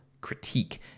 critique